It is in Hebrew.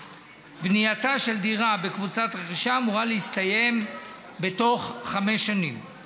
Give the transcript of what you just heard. בנייתה של דירה בקבוצת רכישה אמורה להסתיים בתוך חמש שנים בממוצע.